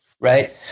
Right